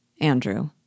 Andrew